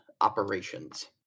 operations